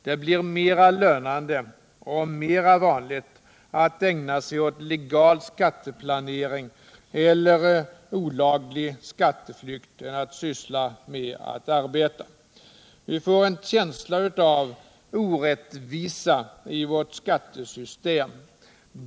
Det blir mera lönande och mera vanligt att ägna sig åt legal skatteplanering eller olaglig skatteflykt än att verkligen arbeta. Man får en känsla av orättvisa i vårt skattesystem.